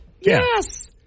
yes